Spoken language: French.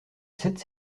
sept